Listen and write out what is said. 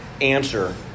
answer